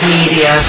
Media